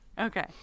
Okay